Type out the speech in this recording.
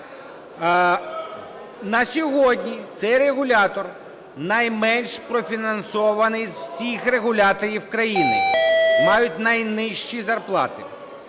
На сьогодні цей регулятор найменш профінансований з усіх регуляторів країни, мають найнижчі зарплати.